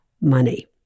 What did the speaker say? money